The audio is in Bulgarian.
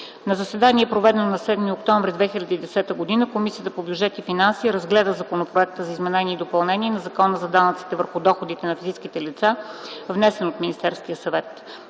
На заседание, проведено на 7 октомври 2010 г., Комисията по бюджет и финанси разгледа Законопроекта за изменение и допълнение на Закона за данъците върху доходите на физическите лица, внесен от Министерския съвет.